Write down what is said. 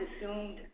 assumed